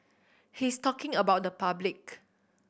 he's talking about the public